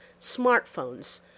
smartphones